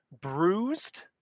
bruised